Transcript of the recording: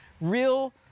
real